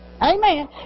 Amen